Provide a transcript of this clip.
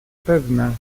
pewna